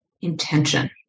intention